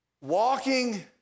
walking